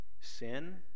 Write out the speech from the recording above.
sin